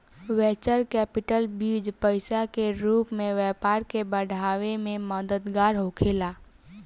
venture capital बीज पईसा के रूप में व्यापार के बढ़ावे में मददगार होखेला